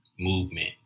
movement